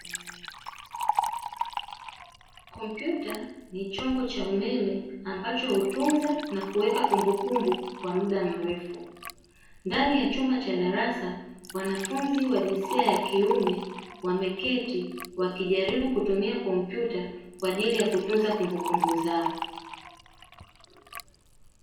Kompyuta ni chombo cha umeme ambacho hutunza na kuweka kumbukumbu kwa mda mrefu, ndani ya chumba cha darasa wanafunzi wa jinsia ya kiume wameketi wakijaribu kutumia kompyuta kwa ajili ya kutunza kumbukumbu zao.